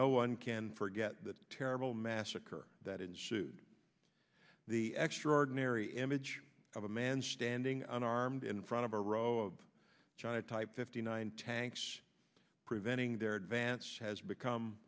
no one can forget that terrible massacre that in shoes the extraordinary image of a man standing unarmed in front of a row of china type fifty nine tanks preventing their advance has become